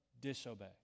disobey